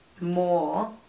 more